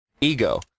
ego